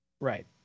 Right